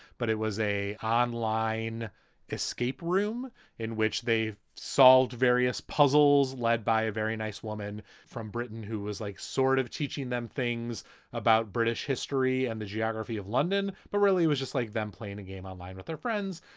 but it was a online escape room in which they solved various puzzles, led by a very nice woman from britain who was like sort of teaching them things about british history and the geography of london, but really was just like them playing a game online with their friends.